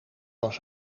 was